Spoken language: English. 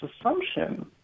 assumption